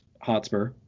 Hotspur